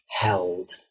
held